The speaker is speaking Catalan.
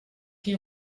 qui